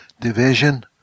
division